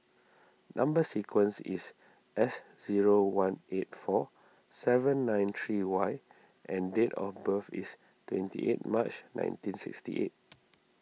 Number Sequence is S zero one eight four seven nine three Y and date of birth is twenty eight March nineteen sixty eight